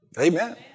Amen